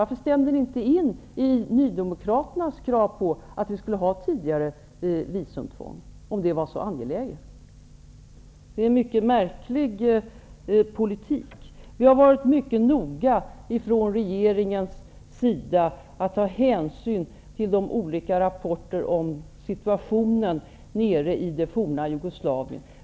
Varför stämde ni inte in i nydemokraternas krav på att införa visumtvång tidigare -- om det var så angeläget? Det är en märklig politik. Vi har varit mycket noga från regeringens sida att ta hänsyn till de olika rapporter om situationen i det forna Jugoslavien.